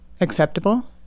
acceptable